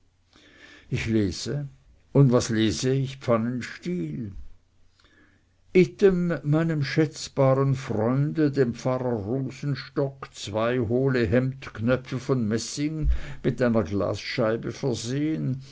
ich lese und was lese ich pfannenstiel item meinem schätzbaren freunde dem pfarrer rosenstock zwei hohle hemdknöpfe von messing mit einer glasscheibe versehen